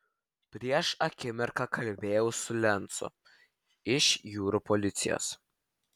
prieš akimirką kalbėjau su lencu iš jūrų policijos